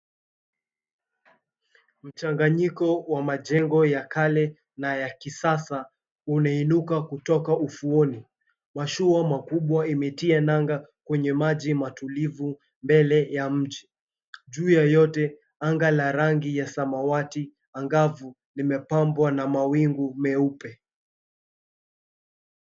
Mchanganyiko wa majengo ya kale na ya kisasa, umeinuka kutoka ufuoni. Mashua makubwa imetia nanga kwenye maji matulivu mbele ya mji. Juu ya yote anga la rangi ya samawati angavu limepambwa na mawingu meupe.